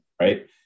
Right